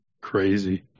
crazy